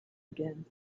again